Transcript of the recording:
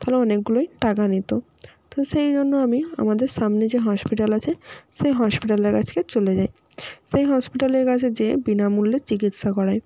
তাহলে অনেকগুলোই টাকা নিত তো সেই জন্য আমি আমাদের সামনে যে হসপিটাল আছে সেই হসপিটালের কাছকে চলে যাই সেই হসপিটালের কাছে যেয়ে বিনামূল্যে চিকিৎসা করাই